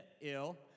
ill